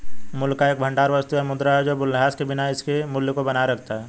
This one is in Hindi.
मूल्य का एक भंडार वस्तु या मुद्रा है जो मूल्यह्रास के बिना इसके मूल्य को बनाए रखता है